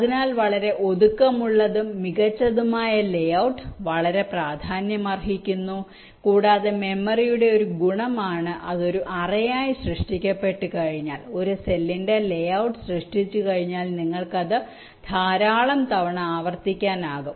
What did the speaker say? അതിനാൽ വളരെ ഒതുക്കമുള്ളതും മികച്ചതുമായ ലേഔട്ട് വളരെ പ്രാധാന്യമർഹിക്കുന്നു കൂടാതെ മെമ്മറിയുടെ ഒരു ഗുണമാണ് അത് ഒരു അറയായി സൃഷ്ടിക്കപ്പെട്ടതിനാൽ ഒരു സെല്ലിന്റെ ലേഔട്ട് സൃഷ്ടിച്ചുകഴിഞ്ഞാൽ നിങ്ങൾക്ക് അത് ധാരാളം തവണ ആവർത്തിക്കാനാകും